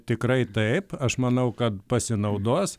tikrai taip aš manau kad pasinaudos